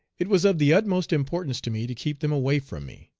it was of the utmost importance to me to keep them away from me.